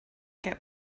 get